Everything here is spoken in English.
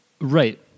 Right